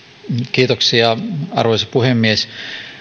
arvoisa puhemies